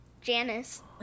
Janice